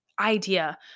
idea